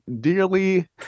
dearly